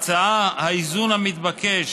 לפי ההצעה, האיזון המתבקש